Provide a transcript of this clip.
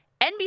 NBC